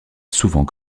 souvent